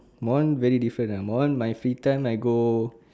my one very different ah my one my free time I go